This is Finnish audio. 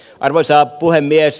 arvoisa puhemies